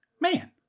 Man